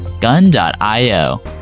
gun.io